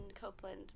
Copeland